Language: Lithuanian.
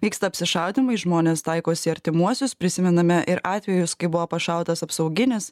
vyksta apsišaudymai žmonės taikosi į artimuosius prisimename ir atvejus kai buvo pašautas apsauginis